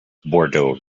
bordeaux